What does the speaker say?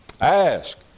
Ask